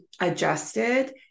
adjusted